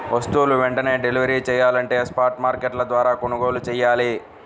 వస్తువులు వెంటనే డెలివరీ చెయ్యాలంటే స్పాట్ మార్కెట్ల ద్వారా కొనుగోలు చెయ్యాలి